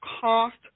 cost